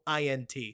INT